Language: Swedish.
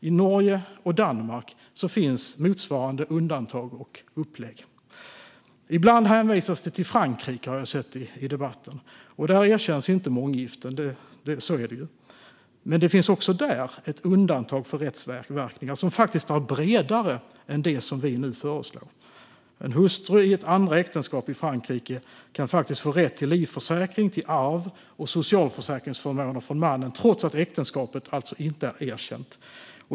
I Norge och Danmark finns motsvarande undantag och upplägg. Ibland hänvisas det till Frankrike, har jag sett i debatten, och där erkänns inte månggiften. Så är det ju. Men även där finns det ett undantag för rättsverkningar, och det är faktiskt bredare än det vi nu föreslår. En hustru i ett andra äktenskap i Frankrike kan få rätt till livförsäkring, arv och socialförsäkringsförmåner från mannen trots att äktenskapet inte är erkänt.